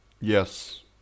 Yes